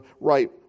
right